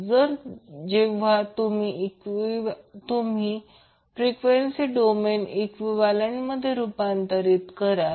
तर जेव्हा तुम्ही फ्रिक्वेन्सी डोमेन समतुल्यमध्ये रूपांतर कराल